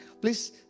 Please